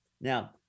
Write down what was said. Now